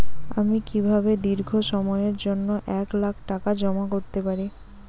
আমি কিভাবে দীর্ঘ সময়ের জন্য এক লাখ টাকা জমা করতে পারি?